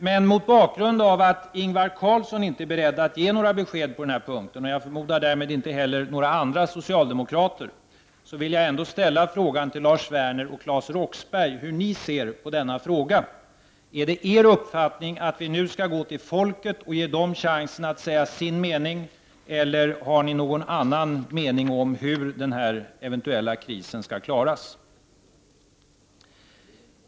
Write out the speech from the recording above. Men mot bakgrund av att Ingvar Carlsson inte är beredd att ge några besked på den här punkten — och jag förmodar därmed inte heller några andra socialdemokrater — vill jag ändå fråga Lars Werner och Claes Roxbergh hur ni ser på detta. Är det er uppfattning att vi nu skall gå till folket och ge folket chansen att säga sin mening, eller har ni någon annan uppfattning om hur den här eventuella krisen skall klaras?